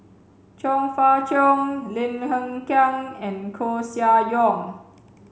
Chong Fah Cheong Lim Hng Kiang and Koeh Sia Yong